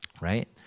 right